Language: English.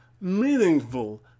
meaningful